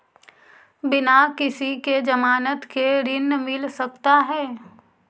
बिना किसी के ज़मानत के ऋण मिल सकता है?